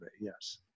Yes